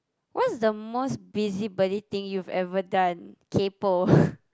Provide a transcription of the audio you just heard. what's the most busybody thing you've ever done kaypo